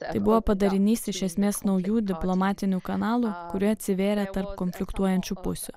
tai buvo padarinys iš esmės naujų diplomatinių kanalų kurie atsivėrė tarp konfliktuojančių pusių